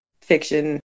fiction